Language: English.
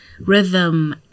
rhythm